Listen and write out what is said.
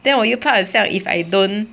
then 我又怕很像 if I don't